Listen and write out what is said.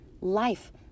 life